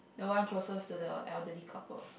the one closest to the elderly couple